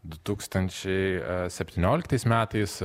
du tūkstančiai septynioliktais metais